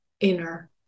inner